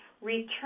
return